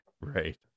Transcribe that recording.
right